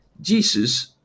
Jesus